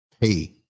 pay